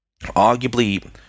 arguably